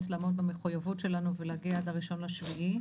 לעמוד במחויבות שלנו ולהגיע עד ה-1 ביולי.